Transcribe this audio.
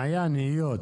היות